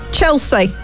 Chelsea